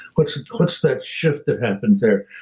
what's what's that shift that happens there?